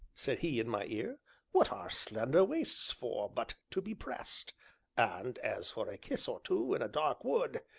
said he in my ear what are slender waists for but to be pressed and as for a kiss or two in a dark wood,